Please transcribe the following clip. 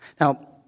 Now